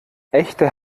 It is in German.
echte